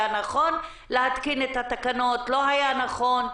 נכון להתקין את התקנות או לא היה נכון.